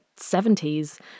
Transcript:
70s